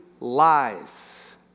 lies